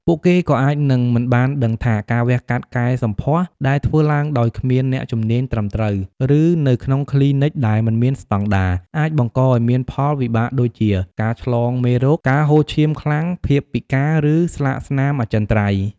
ពួកគេក៏អាចនឹងមិនបានដឹងថា ការវះកាត់កែសម្ផស្សដែលធ្វើឡើងដោយគ្មានអ្នកជំនាញត្រឹមត្រូវ ឬនៅក្នុងគ្លីនិកដែលមិនមានស្តង់ដារ អាចបង្កឱ្យមានផលវិបាកដូចជា ការឆ្លងមេរោគ ការហូរឈាមខ្លាំង ភាពពិការ ឬស្លាកស្នាមអចិន្ត្រៃយ៍។